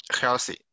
healthy